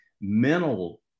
Mental